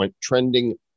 trending